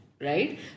right